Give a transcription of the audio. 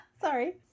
Sorry